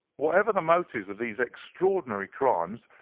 whatever the motives of these extraordinary crimes,